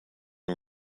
and